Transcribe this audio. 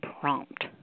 prompt